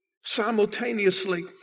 simultaneously